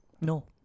No